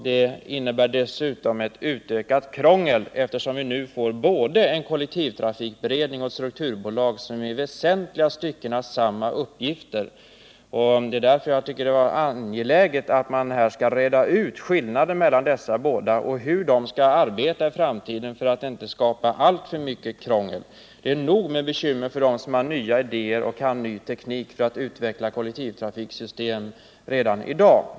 Det innebär dessutom ett utökat krångel, eftersom vi nu får både en kollektivtrafikberedning och strukturbolag som i väsentliga avseenden har samma uppgifter. Jag tycker därför att det är angeläget att man reder ut skillnaden mellan dessa båda och redogör för hur de skall arbeta i framtiden för att inte skapa alltför mycket krångel. Det är nog med bekymmer för dem som har nya idéer och kan ny teknik utan att vi utvecklar kollektivtrafiksystem redan i dag.